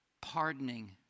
pardoning